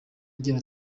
agira